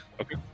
Okay